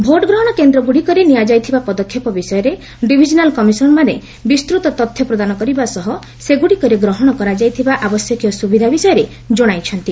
ଭୋଟ୍ଗ୍ରହଣ କେନ୍ଦ୍ରଗୁଡ଼ିକରେ ନିଆଯାଇଥିବା ପଦକ୍ଷେପ ବିଷୟରେ ଡିଭିଜନାଲ୍ କମିଶନର୍ମାନେ ବିସ୍ତୃତ ତଥ୍ୟ ପ୍ରଦାନ କରିବା ସହ ସେଗୁଡ଼ିକରେ ଗ୍ରହଣ କରାଯାଇଥିବା ଆବଶ୍ୟକୀୟ ସୁବିଧା ବିଷୟରେ ଜଣାଇଛନ୍ତି